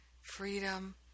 freedom